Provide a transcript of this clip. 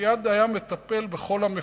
מייד היה מטפל בכל המפונים.